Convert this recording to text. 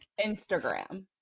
Instagram